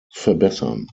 verbessern